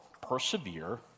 persevere